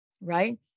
Right